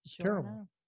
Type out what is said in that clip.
terrible